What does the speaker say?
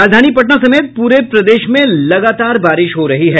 राजधानी पटना समेत पूरे प्रदेश में लगातार बारिश हो रही है